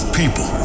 people